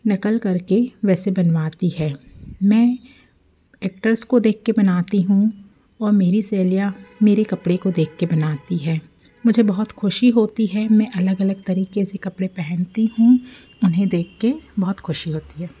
नकल कर के वैसे बनवाती हैं मैं एक्टर्स को देख के बनाती हूँ और मेरी सहेलियाँ मेरे कपड़े को देख के बनाती है मुझे बहुत ख़ुशी होती है मैं अलग अलग तरीक़े से कपड़े पहनती हूँ उन्हें देख के बहुत ख़ुशी होती है